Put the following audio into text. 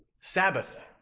Sabbath